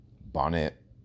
Bonnet